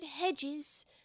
hedges